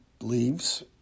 leaves